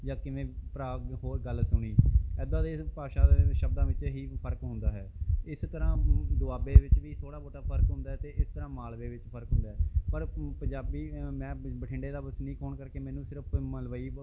ਜਾਂ ਕਿਵੇਂ ਭਰਾ ਹੋਰ ਗੱਲ ਸੁਣੀ ਇੱਦਾਂ ਦੇ ਭਾਸ਼ਾ ਦੇ ਸ਼ਬਦਾਂ ਵਿੱਚ ਇਹ ਹੀ ਫ਼ਰਕ ਹੁੰਦਾ ਹੈ ਇਸ ਤਰ੍ਹਾਂ ਦੁਆਬੇ ਵਿੱਚ ਵੀ ਥੋੜ੍ਹਾ ਬਹੁਤਾ ਫ਼ਰਕ ਹੁੰਦਾ ਹੈ ਅਤੇ ਇਸ ਤਰ੍ਹਾਂ ਮਾਲਵੇ ਵਿੱਚ ਫ਼ਰਕ ਹੁੰਦਾ ਹੈ ਪਰ ਪੰਜਾਬੀ ਮੈਂ ਬਠਿੰਡੇ ਦਾ ਵਸਨੀਕ ਹੋਣ ਕਰਕੇ ਮੈਨੂੰ ਸਿਰਫ਼ ਮਲਵਈ